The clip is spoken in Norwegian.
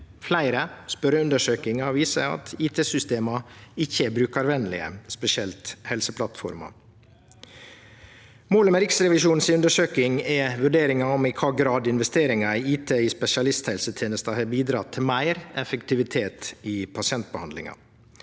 Fleire spørjeundersøkingar har vist at IT-systema ikkje er brukarvenlege, spesielt gjeld det Helseplattforma. Målet med Riksrevisjonens undersøking er vurderingar om i kva grad investeringar i IT i spesialisthelsetenesta har bidratt til meir effektivitet i pasientbehandlinga.